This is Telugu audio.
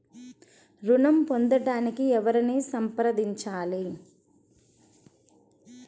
ఋణం పొందటానికి ఎవరిని సంప్రదించాలి?